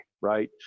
right